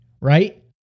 right